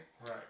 Right